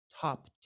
top